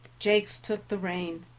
jakes took the rein.